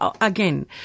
again